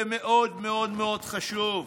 זה מאוד מאוד מאוד חשוב.